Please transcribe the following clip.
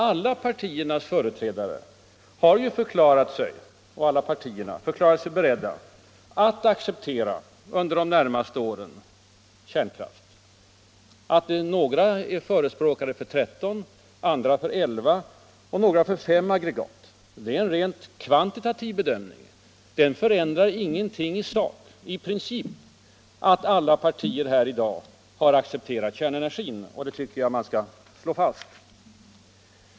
Alla partier har ju förklarat sig beredda att under de närmaste åren godta kärnkraft. Att några är förespråkare för 13, andra för 11 och några för 5 aggregat innebär en rent kvantitativ bedömning. Den förändrar ingenting i princip — att alla partier här i dag har accepterat kärnenergin. Det tycker jag att man skall slå fast.